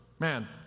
Man